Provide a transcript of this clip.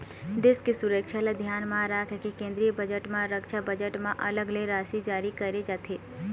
देश के सुरक्छा ल धियान म राखके केंद्रीय बजट म रक्छा बजट म अलग ले राशि जारी करे जाथे